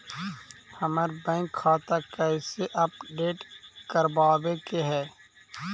हमर बैंक खाता कैसे अपडेट करबाबे के है?